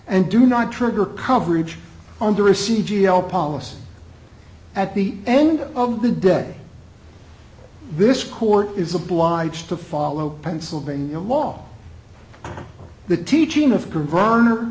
and do not trigger coverage under a c g l policy at the end of the day this court is obliged to follow pennsylvania law the teaching of concer